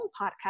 podcast